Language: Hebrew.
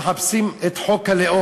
מחפשים את חוק הלאום,